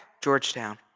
Georgetown